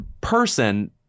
person